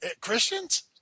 Christians